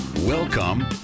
welcome